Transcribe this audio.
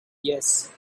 yes